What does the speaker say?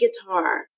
guitar